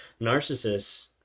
Narcissists